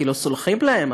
כי לא סולחים להם,